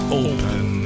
open